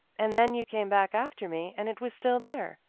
and then you came back after me, and it was still there.